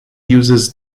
uses